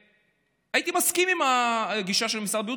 הייתי מסכים לגישה של משרד הבריאות,